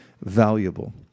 valuable